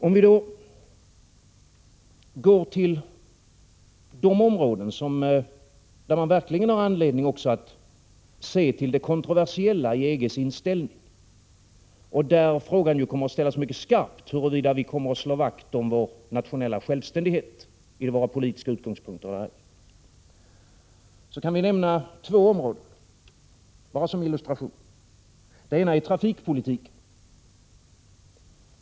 Om vi då går till de områden där man verkligen har anledning att se till det kontroversiella i EG:s inställning, och där frågan kommer att ställas mycket skarpt huruvida vi kommer att slå vakt om vår nationella självständighet i våra politiska utgångspunkter, kan vi nämna två områden — bara som en illustration. Det ena området är trafikpolitiken.